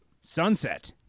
Sunset